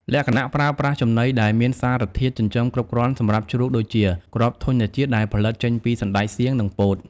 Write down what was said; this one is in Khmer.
លក្ខណៈ ប្រើប្រាស់ចំណីដែលមានសារធាតុចិញ្ចឹមគ្រប់គ្រាន់សម្រាប់ជ្រូកដូចជា គ្រាប់ធញ្ញជាតិដែលផលិតចេញពីសណ្ដែកសៀង និងពោត។